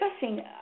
discussing